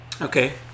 Okay